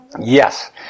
Yes